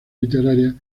literaria